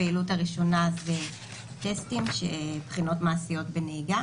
הפעילות הראשונה היא טסטים, בחינות מעשיות בנהיגה.